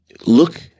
look